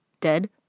dead